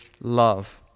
love